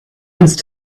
once